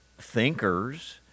thinkers